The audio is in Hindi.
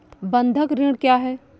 बंधक ऋण क्या है?